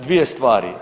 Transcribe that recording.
Dvije stvari.